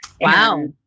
Wow